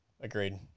Agreed